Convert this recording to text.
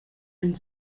ein